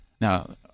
Now